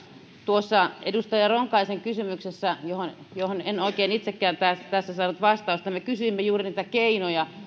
tuossa edustaja ronkaisen kysymyksessä johon johon en oikein itsekään tässä saanut vastausta me kysyimme juuri näitä keinoja